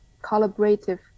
collaborative